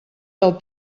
del